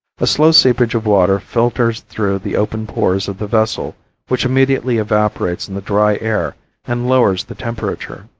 a slow seepage of water filters through the open pores of the vessel which immediately evaporates in the dry air and lowers the temperature.